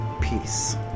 peace